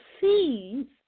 seeds